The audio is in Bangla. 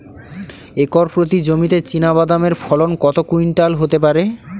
একর প্রতি জমিতে চীনাবাদাম এর ফলন কত কুইন্টাল হতে পারে?